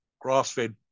grass-fed